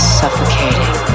suffocating